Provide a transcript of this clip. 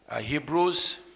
Hebrews